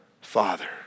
Father